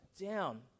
down